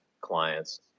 clients